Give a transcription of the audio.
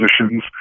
positions